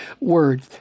word